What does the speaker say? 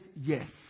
yes